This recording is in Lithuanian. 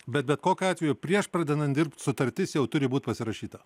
bet bet kokiu atveju prieš pradedant dirbti sutartis jau turi būt pasirašyta